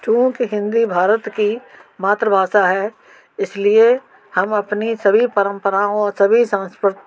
चूंकि हिन्दी भारत की मातृ भाषा है इस लिए हम अपनी सभी परंपराओं और सभी संस्क्रूत